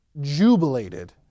jubilated